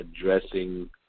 addressing